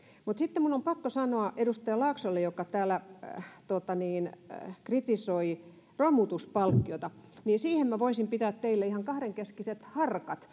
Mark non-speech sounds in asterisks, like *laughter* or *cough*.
sitten minun on pakko sanoa edustaja laaksolle joka täällä *unintelligible* *unintelligible* *unintelligible* *unintelligible* *unintelligible* *unintelligible* *unintelligible* *unintelligible* kritisoi romutuspalkkiota *unintelligible* *unintelligible* että minä voisin pitää teille ihan kahdenkeskiset harkat *unintelligible*